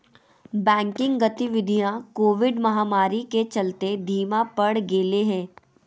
banking गतिवीधियां COVID महामारी के चलते धीमा पड़ गेले हें